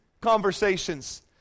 conversations